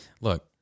Look